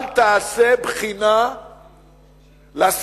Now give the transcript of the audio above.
אל תעשה בחינה לשרים,